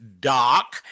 doc